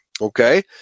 Okay